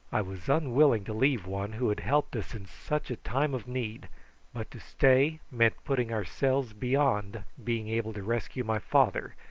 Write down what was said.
i was unwilling to leave one who had helped us in such a time of need but to stay meant putting ourselves beyond being able to rescue my father,